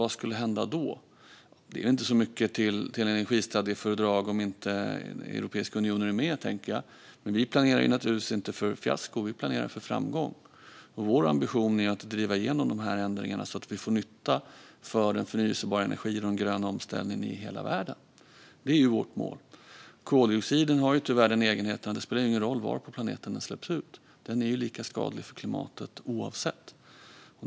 Det vore inte särskilt mycket till energistadgefördrag om Europeiska unionen inte är med. Vi planerar naturligtvis inte för fiasko, utan vi planerar för framgång. Vår ambition är att driva igenom dessa ändringar så att vi får nytta av den förnybara energin och en grön omställning i hela världen. Det är vårt mål. Det spelar ingen roll var på planeten koldioxiden släpps ut. Den har den egenheten att den är lika skadlig för klimatet oavsett.